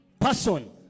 person